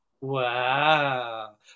wow